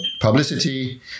publicity